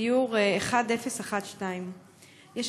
לדיור 1012. יש